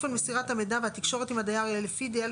אופן מסירת המידע והתקשורת עם הדייר יהיה לפי דרך